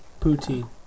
Poutine